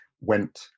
went